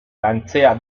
lantzea